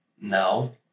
No